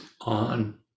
on